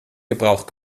gebrauch